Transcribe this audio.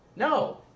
No